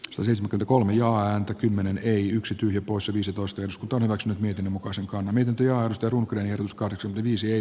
tosin kolme joan kymmenen yksi tyhjä poissa viisitoista jos kotona onks nyt niiden mukaan se on eniten työ ostetun kuljetus kahdeksan viisi ei